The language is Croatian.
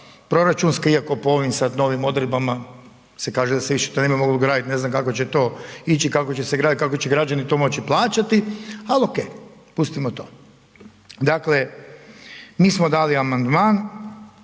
proračunski iako po ovim sad novim odredbama se kaže da se to više ne bi moglo gradit, ne znam kako će to ići, kako će se graditi, kako že građani to moći plaćati ali ok, pustimo to. Dakle, mi smo dali amandman,